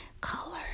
color